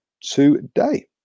today